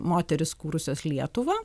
moterys kūrusios lietuvą